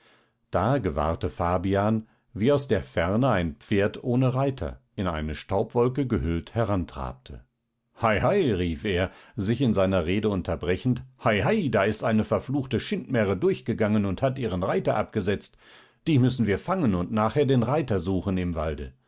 da gewahrte fabian wie aus der ferne ein pferd ohne reiter in eine staubwolke gehüllt herantrabte hei hei rief er sich in seiner rede unterbrechend hei hei da ist eine verfluchte schindmähre durchgegangen und hat ihren reiter abgesetzt die müssen wir fangen und nachher den reiter suchen im walde